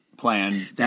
plan